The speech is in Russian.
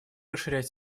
расширять